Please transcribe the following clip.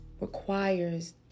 requires